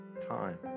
time